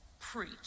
preach